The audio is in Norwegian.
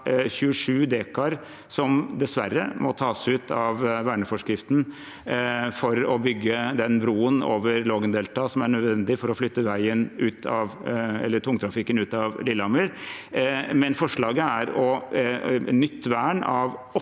27 dekar som dessverre må tas ut av verneforskriften for å bygge den broen over Lågendeltaet, som er nødvendig for å flytte tungtrafikken ut av Lillehammer, men forslaget er et nytt vern av